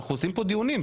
אנחנו עושים פה דיונים,